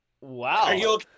Wow